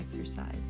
exercise